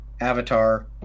Avatar